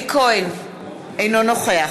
אינו נוכח